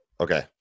okay